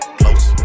close